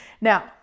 Now